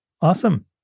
Awesome